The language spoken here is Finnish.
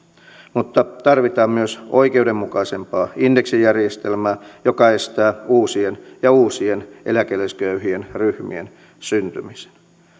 mutta tarvitaan myös oikeudenmukaisempaa indeksijärjestelmää joka estää uusien ja uusien eläkeläisköyhien ryhmien syntymisen